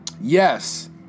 Yes